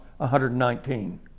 119